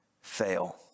fail